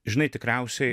žinai tikriausiai